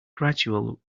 gradual